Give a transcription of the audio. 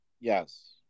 Yes